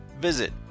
Visit